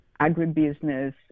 agribusiness